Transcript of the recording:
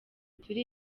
turi